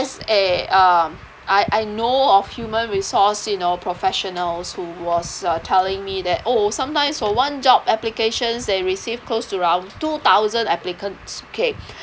as a uh I I know of human resource you know professionals who was uh telling me that oh sometimes for one job applications they received close to around two thousand applicants okay